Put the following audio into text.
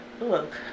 Look